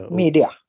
media